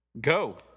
Go